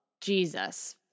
Jesus